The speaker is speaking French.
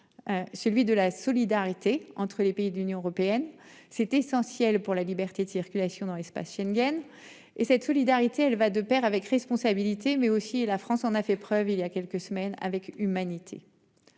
Celui de la solidarité entre les pays de l'Union européenne. C'est essentiel pour la liberté de circulation dans l'espace Schengen et cette solidarité, elle va de Pair avec responsabilité mais aussi la France en a fait preuve il y a quelques semaines avec humanité.